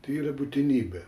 tai yra būtinybė